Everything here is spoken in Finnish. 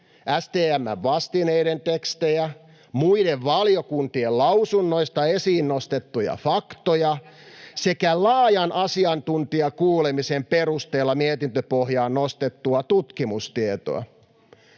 STM:n vastineiden tekstejä, muiden valiokuntien lausunnoista esiin nostettuja faktoja sekä laajan asiantuntijakuulemisen perusteella mietintöpohjaan nostettua tutkimustietoa?